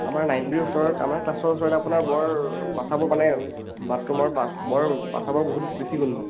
আমাৰ নাইন বিৰ ওচৰত আমাৰ ক্লাছৰ ওচৰত আপোনাৰ বৰ পাচাবৰ মানে বাথৰুমৰ পা বৰ পাচাবৰ বহুত বেছি গোন্ধ